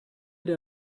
der